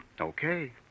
Okay